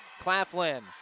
Claflin